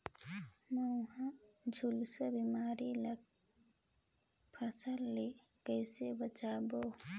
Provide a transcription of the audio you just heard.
महू, झुलसा बिमारी ले फसल ल कइसे बचाबो?